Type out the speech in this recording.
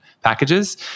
packages